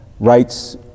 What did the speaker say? Rights